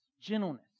Gentleness